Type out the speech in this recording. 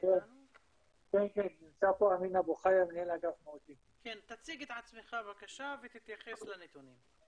תציג את עצמך, בבקשה, ותתייחס לנתונים.